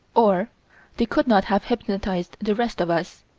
or they could not have hypnotized the rest of us,